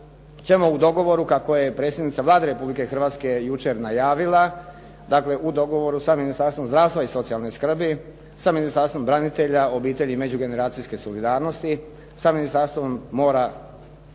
ćemo u dogovoru, kako je predsjednica Vlade Republike Hrvatske jučer najavila, dakle u dogovoru sa Ministarstvom zdravstva i socijalne skrbi, sa Ministarstvom branitelja, obitelji i međugeneracijske solidarnosti, sa Ministarstvom mora